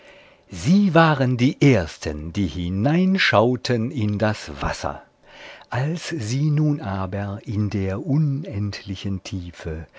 sie waren die ersten die hineinschauten in das wasser als sie nun aber in der unendlichen tiefe